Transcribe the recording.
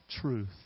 truth